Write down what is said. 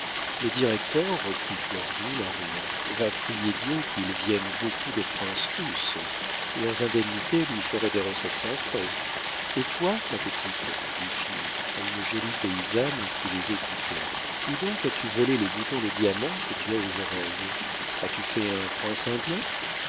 le directeur reprit florville en riant va prier dieu qu'il vienne beaucoup de princes russes leurs indemnités lui feraient des recettes sans frais et toi ma petite dit finot à une jolie paysanne qui les écoutait où donc as-tu volé les boutons de diamants que tu as aux oreilles as-tu fait un prince indien